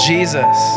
Jesus